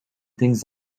things